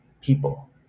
people